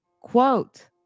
quote